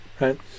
right